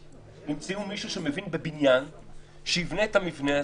ימצאו מישהו שמבין בבניין שיבנה את המבנה הזה,